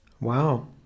Wow